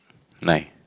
nine